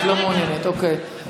את לא מעוניינת, אוקיי.